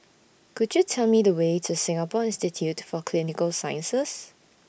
Could YOU Tell Me The Way to Singapore Institute For Clinical Sciences